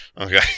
Okay